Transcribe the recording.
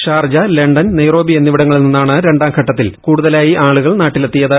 Sharjah London Nairobi എന്നിവിടങ്ങളിൽ നിന്നാണ് രണ്ടാം ഘട്ടത്തിൽ കൂടുതലായി ആളുകൾ നാട്ടിലെത്തിയത്